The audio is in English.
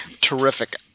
Terrific